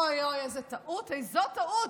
אוי, אוי, איזו טעות, איזו טעות,